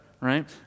right